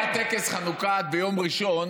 ביום ראשון